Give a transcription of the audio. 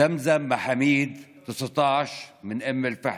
זמזם מחמיד, 19, אום אל-פחם,